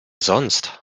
sonst